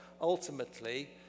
ultimately